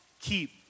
keep